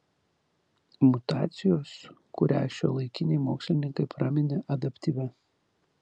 mutacijos kurią šiuolaikiniai mokslininkai praminė adaptyvia